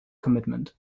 commitment